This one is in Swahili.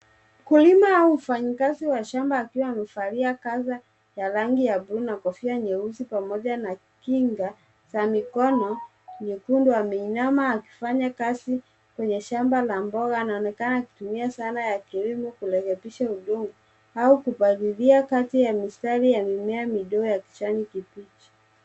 Mkulima au mfanyikazi wa shamba akiwa amevalia kanga ya rangi ya bluu na kofia nyeusi pamoja na kinga za mikono nyekundu. Ameinama akifanya kazi kwenye shamba la mboga. Anaonekana akitumia zana ya kilimo kurekebisha udongo au kupalilia kati ya mistari ya mimea midogo ya kijani kibichi.